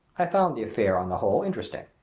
i found the affair, on the whole, interesting.